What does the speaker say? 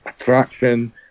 attraction